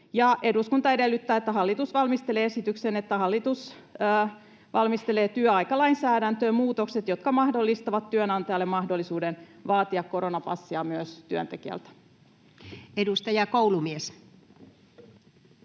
Eduskunta edellyttää, että hallitus valmistelee esityksen, että hallitus valmistelee työaikalainsäädännön muutokset, jotka mahdollistavat työnantajalle mahdollisuuden vaatia koronapassia myös työntekijältä.” [Speech